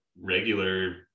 regular